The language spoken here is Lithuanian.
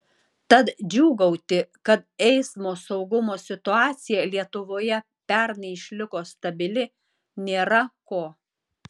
tad džiūgauti kad eismo saugumo situacija lietuvoje pernai išliko stabili nėra ko